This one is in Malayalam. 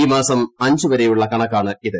ഈ മാസം അഞ്ച് വരെയുള്ള കണക്കാണിത്